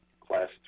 class